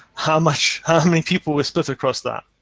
how much how many people were split across that?